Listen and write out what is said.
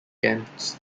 weekends